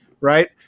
right